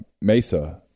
Mesa